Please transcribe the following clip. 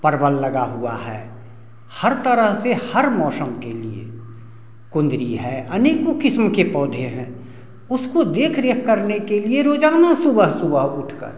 परवल लगा हुआ है हर तरह से हर मौसम के लिए कुन्दरू है अनेको किस्म के पौधे हैं उसको देख रेख करने के लिए रोजाना सुबह सुबह उठकर